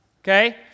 Okay